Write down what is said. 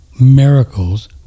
miracles